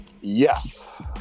Yes